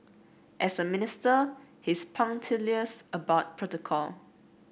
as a minister he's punctilious about protocol